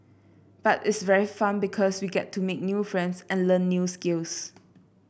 but it's very fun because we get to make new friends and learn new skills